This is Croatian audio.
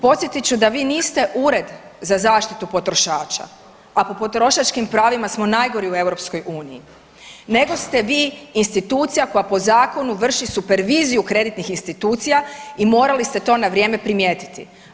Podsjetit ću da vi niste ured za zaštitu potrošača, a po potrošačkim pravima smo najgori u EU, nego ste vi institucija koja po zakonu vrši superviziju kreditnih institucija i morali ste to na vrijeme primijetiti.